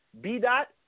B-Dot